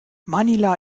manila